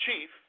chief